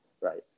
right